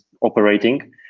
operating